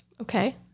Okay